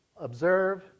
observe